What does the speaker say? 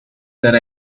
that